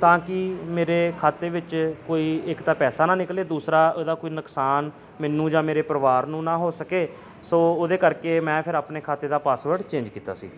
ਤਾਂ ਕਿ ਮੇਰੇ ਖਾਤੇ ਵਿੱਚ ਕੋਈ ਇੱਕ ਤਾਂ ਪੈਸਾ ਨਾ ਨਿਕਲੇ ਦੂਸਰਾ ਉਹਦਾ ਕੋਈ ਨੁਕਸਾਨ ਮੈਨੂੰ ਜਾਂ ਮੇਰੇ ਪਰਿਵਾਰ ਨੂੰ ਨਾ ਹੋ ਸਕੇ ਸੋ ਉਹਦੇ ਕਰਕੇ ਮੈਂ ਫਿਰ ਆਪਣੇ ਖਾਤੇ ਦਾ ਪਾਸਵਰਡ ਚੇਂਜ ਕੀਤਾ ਸੀ